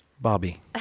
Bobby